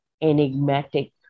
enigmatic